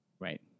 right